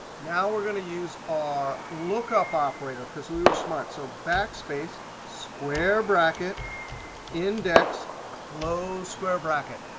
now we're going to use our lookup operator because we were smart. so backspace square bracket index close square bracket.